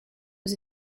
aux